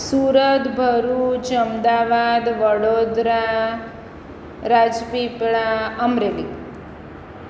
Surat Bharuch Ahmedabad Vadodara Rajpipla Amreli